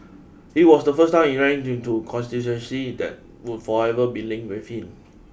it was the first time he ran in to constituency that would forever be linked with him